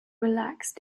relaxed